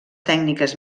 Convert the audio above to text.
tècniques